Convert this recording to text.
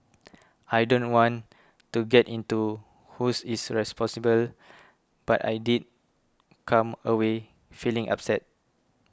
I don't want to get into who is responsible but I did come away feeling upset